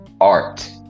art